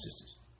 sisters